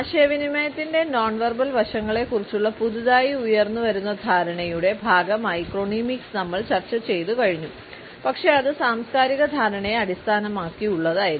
ആശയവിനിമയത്തിന്റെ non verbal വശങ്ങളെക്കുറിച്ചുള്ള പുതുതായി ഉയർന്നുവരുന്ന ധാരണയുടെ ഭാഗമായി ക്രോണമിക്സ് നമ്മൾ ചർച്ച ചെയ്തു കഴിഞ്ഞു പക്ഷേ അത് സാംസ്കാരിക ധാരണയെ അടിസ്ഥാനമാക്കിയുള്ളതായിരുന്നു